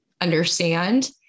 understand